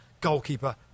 goalkeeper